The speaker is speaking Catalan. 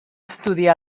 estudiar